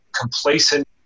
complacent